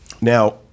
Now